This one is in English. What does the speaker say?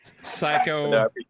Psycho